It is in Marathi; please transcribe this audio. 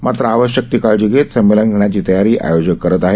मात्र आवश्यक ती काळजी घेत संमेलन घेण्याची तयारी आयोजक करत आहेत